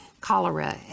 cholera